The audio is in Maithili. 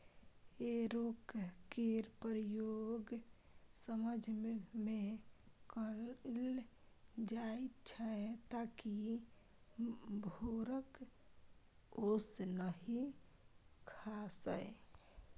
हे रैक केर प्रयोग साँझ मे कएल जाइत छै ताकि भोरक ओस नहि खसय